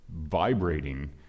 vibrating